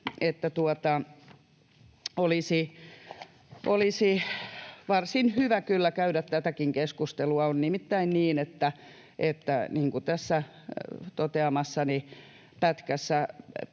kyllä varsin hyvä käydä tätäkin keskustelua. On nimittäin niin kuin tässä toteamassani pätkässä,